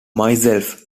myself